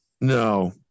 No